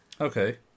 Okay